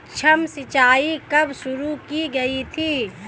सूक्ष्म सिंचाई कब शुरू की गई थी?